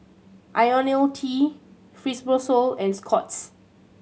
Ionil T Fibrosol and Scott's